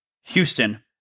Houston